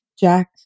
Jack